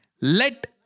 Let